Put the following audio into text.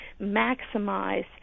maximize